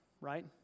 right